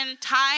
time